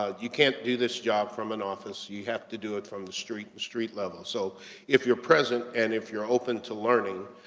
ah you can't do this job from an office, you have to do it from the street, the street level. so if you're present and if you're open to learning,